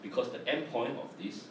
because the endpoint of this